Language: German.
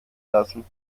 lassen